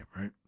right